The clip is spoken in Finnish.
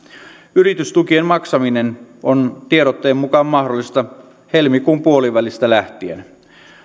yritystukien maksaminen on tiedotteen mukaan mahdollista helmikuun puolivälistä lähtien